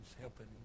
helping